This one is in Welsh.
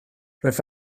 rwyf